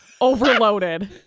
overloaded